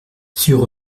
sur